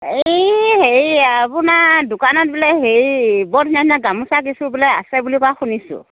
এই হেৰি আপোনাৰ দোকানত বোলে হেৰি বৰ ধুনীয়া ধুনীয়া গামোছা কিছু বোলে আছে বুলি কোৱা শুনিছোঁ